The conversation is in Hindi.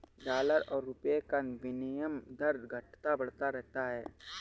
डॉलर और रूपए का विनियम दर घटता बढ़ता रहता है